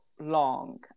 long